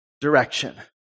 direction